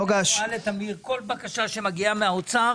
אני אומר לטמיר שכל בקשה שמגיעה מהאוצר,